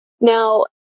Now